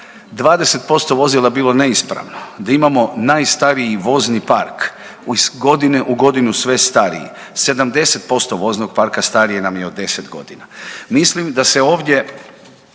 20% vozila bilo neispravno, da imamo najstariji vozni par iz godine u godinu sve stariji. 79% voznog parka starije nam je od 10 godina. Mislim da se ovdje